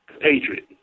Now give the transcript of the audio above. Patriot